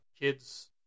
kids